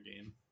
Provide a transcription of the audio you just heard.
game